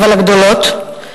אבל הגדולות,